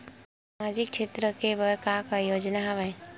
सामाजिक क्षेत्र के बर का का योजना हवय?